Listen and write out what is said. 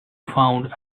found